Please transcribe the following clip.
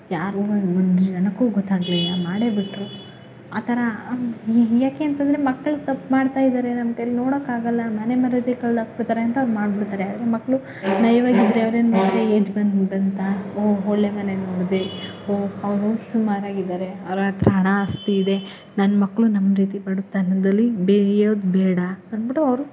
ಯಾರೋ ಒಂದು ಒಂದು ಜನಕ್ಕೂ ಗೊತಾಗಲಿಲ್ಲ ಮಾಡೇ ಬಿಟ್ಟರು ಆ ಥರ ಯಾಕೇಂತಂದ್ರೆ ಮಕ್ಕಳು ತಪ್ಪು ಮಾಡ್ತಾಯಿದ್ದಾರೆ ನಮ್ಮ ಕೈಯ್ಯಲ್ಲಿ ನೋಡೋಕಾಗಲ್ಲ ಮಾನ ಮರ್ಯಾದೆ ಕಳೆದಾಕ್ಬಿಡ್ತಾರೆ ಅಂತ ಮಾಡ್ಬಿಡ್ತಾರೆ ಆದರೆ ಮಕ್ಕಳು ನಯವಾಗಿದ್ದರೆ ಅವ್ರೇನು ಮಾಡ್ತಾರೆ ಏಜ್ ಏಜ್ ಬಂತಾ ಓ ಒಳ್ಳೆ ಮನೆ ನೋಡಿದ್ವಿ ಓ ಅವರು ಸುಮಾರಾಗಿದ್ದಾರೆ ಅವ್ರ ಹತ್ರ ಹಣ ಆಸ್ತಿ ನಮ್ಮಕ್ಕಳು ನಮ್ಮ ರೀತಿ ಬಡತನದಲ್ಲಿ ಬೇಯೋದು ಬೇಡ ಅಂದ್ಬಿಟ್ಟು ಅವರು